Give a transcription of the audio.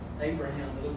Abraham